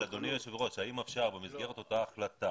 האם במסגרת ההחלטה